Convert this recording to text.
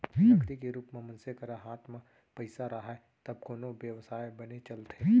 नगदी के रुप म मनसे करा हात म पइसा राहय तब कोनो बेवसाय बने चलथे